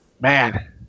Man